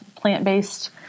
plant-based